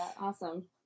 Awesome